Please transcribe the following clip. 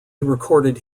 recorded